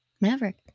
Maverick